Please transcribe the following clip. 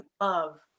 love